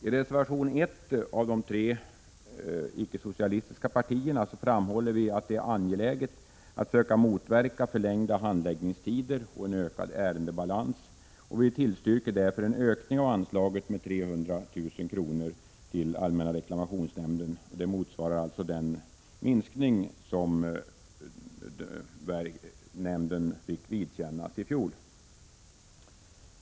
I reservation 1 av de tre icke-socialistiska partierna framhåller vi att det är angeläget att söka motverka förlängda handläggningstider och en ökad ärendebalans och tillstyrker därför en ökning av anslaget till allmänna reklamationsnämnden med 300 000 kr. Det motsvarar den minskning av anslaget som nämnden fick vidkännas i fjol.